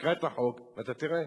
תקרא את החוק ואתה תראה.